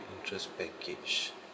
interest package